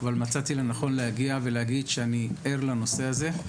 אבל מצאתי לנכון להגיע ולהגיד שאני ער לנושא הזה,